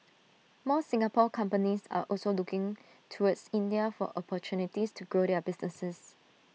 more Singapore companies are also looking towards India for opportunities to grow their businesses